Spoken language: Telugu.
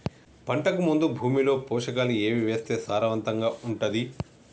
పంటకు ముందు భూమిలో పోషకాలు ఏవి వేస్తే సారవంతంగా ఉంటది?